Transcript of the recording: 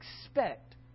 expect